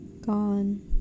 gone